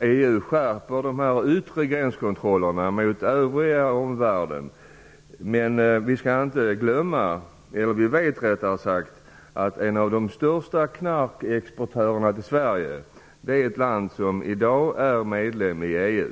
EV skärper de yttre gränskontrollerna gentemot omvärlden, men vi vet att en av de största exportörerna av knark till Sverige är ett land som i dag är medlem i EV.